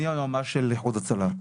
אני היועמ"ש של איחוד הצלה.